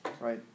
right